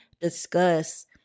discuss